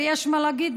ויש מה להגיד,